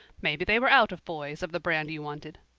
maybe they were out of boys of the brand you wanted.